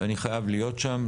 ואני חייב להיות שם.